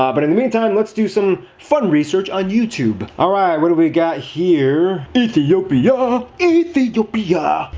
um but in the mean time, let's do some fun research on youtube. alright, what do we got here? ethiopia! ethiopia!